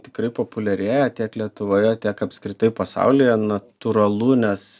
tikrai populiarėja tiek lietuvoje tiek apskritai pasaulyje natūralu nes